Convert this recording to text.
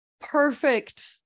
perfect